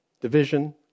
Division